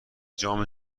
جام